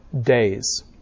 days